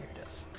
this